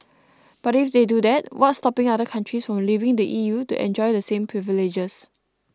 but if they do that what's stopping other countries from leaving the E U to enjoy the same privileges